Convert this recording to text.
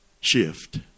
shift